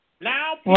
Now